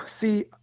See